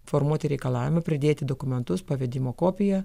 formuoti reikalavimą pridėti dokumentus pavedimo kopiją